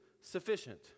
sufficient